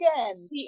again